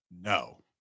No